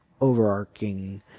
overarching